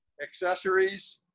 Accessories